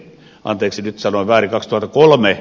anteeksi nyt sanoin väärin